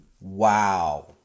Wow